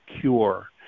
cure